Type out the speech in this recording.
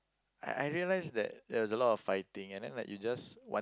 I realise that there was a lot of fighting and then like you just wan~